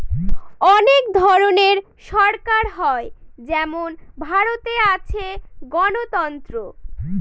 অনেক ধরনের সরকার হয় যেমন ভারতে আছে গণতন্ত্র